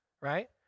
Right